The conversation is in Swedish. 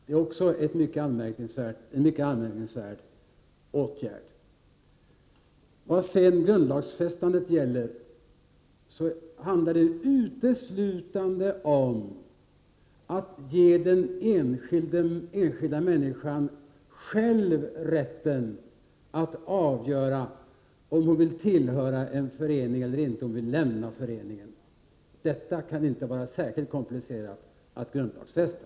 Det är också en mycket anmärkningsvärd åtgärd. Grundlagsfästandet handlar uteslutande om att ge den enskilda människan själv rätten att avgöra om hon vill tillhöra en förening eller om hon vill lämna föreningen. Detta kan inte vara särskilt komplicerat att grundlagsfästa.